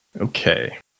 okay